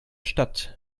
stadt